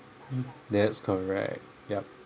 that's correct yup